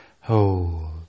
Hold